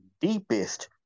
deepest